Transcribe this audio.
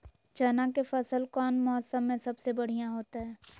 चना के फसल कौन मौसम में सबसे बढ़िया होतय?